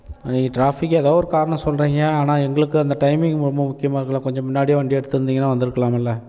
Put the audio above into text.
நீங்கள் டிராஃபிக்கு ஏதோ ஒரு காரணம் சொல்கிறிங்க ஆனால் எங்களுக்கு அந்த டைமிங் ரொம்ப முக்கியமாக இருக்குல்ல கொஞ்சம் முன்னாடியே வண்டியை எடுத்திருந்திங்கனா வந்துருக்குலாமில்ல